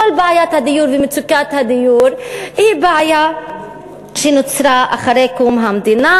כל בעיית הדיור ומצוקת הדיור היא בעיה שנוצרה אחרי קום המדינה,